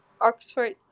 Oxford